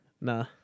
Nah